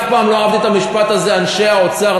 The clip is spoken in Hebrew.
אני אף פעם לא אהבתי את המשפט הזה "אנשי האוצר",